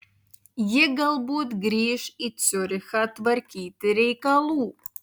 ji galbūt grįš į ciurichą tvarkyti reikalų